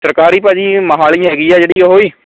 ਸਰਕਾਰੀ ਭਾਅ ਜੀ ਮੋਹਾਲੀ ਹੈਗੀ ਹੈ ਜਿਹੜੀ ਉਹ ਜੀ